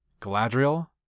Galadriel